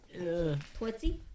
Twitzy